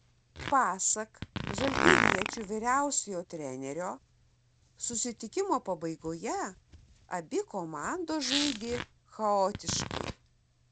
pasak žalgiriečių vyriausiojo trenerio susitikimo pabaigoje abi komandos žaidė chaotiškai